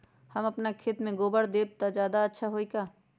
हम अपना खेत में गोबर देब त ज्यादा अच्छा होई का?